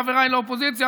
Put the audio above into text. חבריי לאופוזיציה,